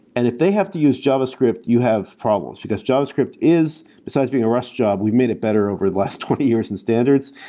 and if they have to use javascript, you have problems, because javascript is, besides being a rush job, we've made it better over the last twenty years in standards.